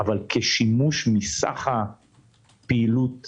אבל כשימוש מסך הפעילות